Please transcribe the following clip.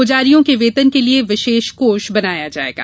पुजारियों के वेतन के लिए विशेष कोष बनाया जायेगा